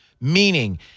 Meaning